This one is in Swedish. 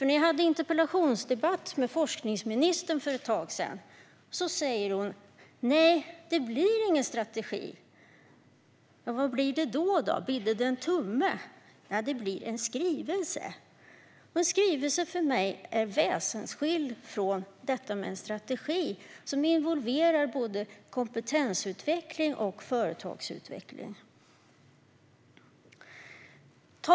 När jag hade en interpellationsdebatt med forskningsministern för ett tag sedan sa hon: Nej, det blir ingen strategi. Vad blir det då - en tumme? Nej, det blir en skrivelse. För mig är en skrivelse väsensskild från en strategi, som involverar både kompetensutveckling och företagsutveckling.